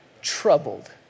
troubled